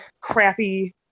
crappy